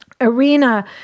Arena